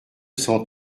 cent